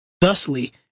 Thusly